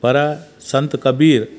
पर संत कबीर